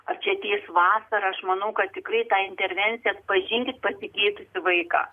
ar čia ateis vasara aš manau kad tikrai ta intervencija atpažinkit pasikeitusį vaiką